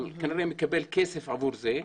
אבל כנראה מקבל כסף עבור זה,